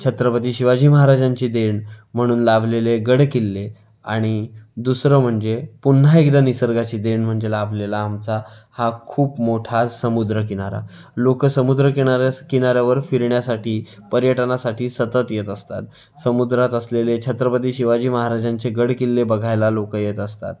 छत्रपती शिवाजी महाराजांची देन म्हणून लाभलेले गडकिल्ले आणि दुसरं म्हणजे पुन्हा एकदा निसर्गाची देन म्हणजे लाभलेला आमचा हा खूप मोठा समुद्रकिनारा लोक समुद्रकिनाऱ्यास किनाऱ्यावर फिरण्यासाठी पर्यटनासाठी सतत येत असतात समुद्रात असलेले छत्रपती शिवाजी महाराजांचे गडकिल्ले बघायला लोक येत असतात